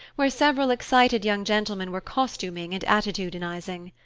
where several excited young gentlemen were costuming and attitudinizing.